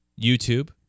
YouTube